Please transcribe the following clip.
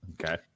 Okay